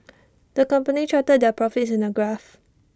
the company charted their profits in A graph